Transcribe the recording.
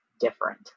different